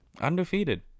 Undefeated